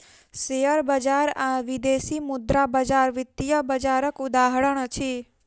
share बजार आ विदेशी मुद्रा बजार वित्तीय बजारक उदाहरण अछि